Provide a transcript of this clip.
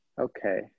Okay